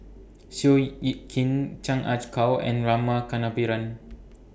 Seow Yit Kin Chan Ah Kow and Rama Kannabiran